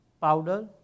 powder